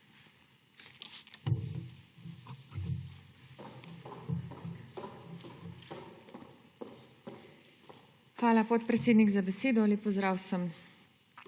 Hvala, podpredsednik, za besedo. Lep pozdrav vsem!